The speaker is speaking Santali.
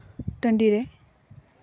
ᱴᱟ ᱰᱤᱨᱮ